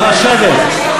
נא לשבת.